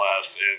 last